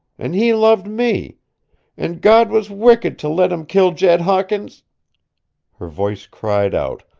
an' he loved me an' god was wicked to let him kill jed hawkins her voice cried out,